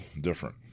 different